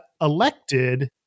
elected